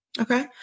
Okay